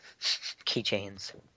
Keychains